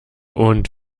und